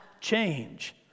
change